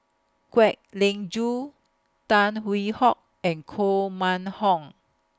Kwek Leng Joo Tan Hwee Hock and Koh Mun Hong